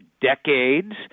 decades